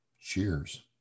cheers